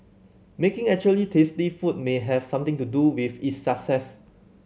making actually tasty food may have something to do with its success